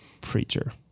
preacher